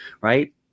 right